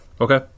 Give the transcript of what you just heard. Okay